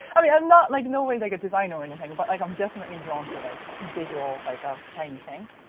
i mean i'm not, like no way, like a designer or anything. but like i'm definitely drawn to like visual, like ah shiny things.